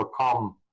overcome